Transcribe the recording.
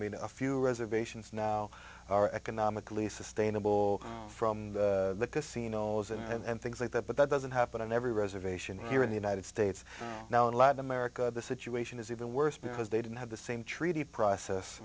mean a few reservations now are economically sustainable from the casinos and things like that but that doesn't happen every reservation here in the united states now in latin america the situation is even worse because they didn't have the same treaty process